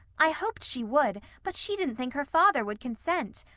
i hoped she would, but she didn't think her father would consent.